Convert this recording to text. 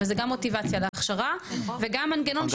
וזה גם מוטיבציה להכשרה וגם מנגנון שיפור של שכר שהוא חשוב.